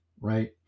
right